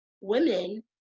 women